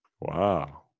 Wow